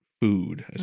food